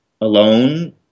alone